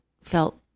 felt